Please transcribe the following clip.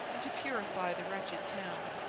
and to purify the wretched town.